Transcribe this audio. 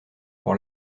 pour